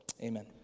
Amen